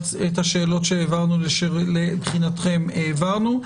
את השאלות שהעברנו לבחינתכם, העברנו.